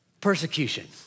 Persecution